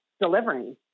delivering